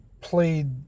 played